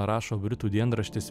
rašo britų dienraštis